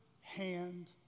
hand